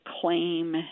claim